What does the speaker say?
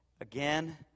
again